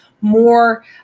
more